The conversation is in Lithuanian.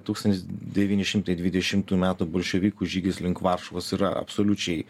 tūkstantis devyni šimtai dvidešimtų metų bolševikų žygis link varšuvos yra absoliučiai